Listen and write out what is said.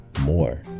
more